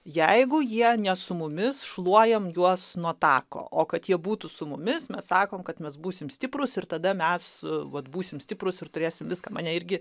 jeigu jie ne su mumis šluojam juos nuo tako o kad jie būtų su mumis mes sakom kad mes būsim stiprūs ir tada mes vat būsim stiprūs ir turėsim viską mane irgi